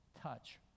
touch